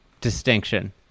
distinction